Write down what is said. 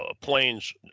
Planes